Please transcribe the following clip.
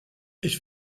ich